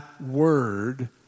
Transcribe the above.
word